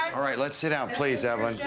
all right, let's sit down, please evelyn.